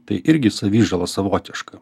tai irgi savižala savotiška